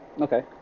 Okay